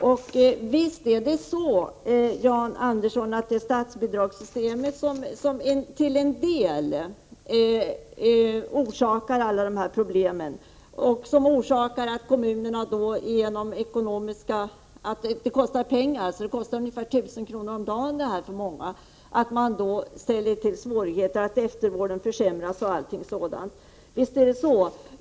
Och visst är det så, Jan Andersson, att statsbidraget till en del orsakar alla dessa problem. Vården i dessa hem kostar ungefär 1 000 kr. om dagen och då gör man svårigheter så att eftervården försämras. Visst är det så!